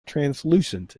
translucent